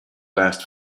last